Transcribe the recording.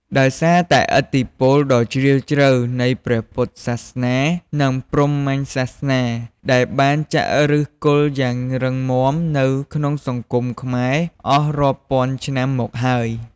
ដោយសារតែឥទ្ធិពលដ៏ជ្រាលជ្រៅនៃព្រះពុទ្ធសាសនា និងព្រហ្មញ្ញសាសនា ដែលបានចាក់ឫសគល់យ៉ាងរឹងមាំនៅក្នុងសង្គមខ្មែរអស់រាប់ពាន់ឆ្នាំមកហើយ។